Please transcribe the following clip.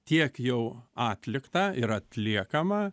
tiek jau atliktą ir atliekamą